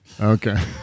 Okay